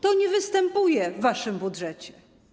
To nie występuje w waszym budżecie.